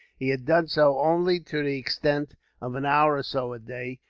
he had done so only to the extent of an hour or so a day,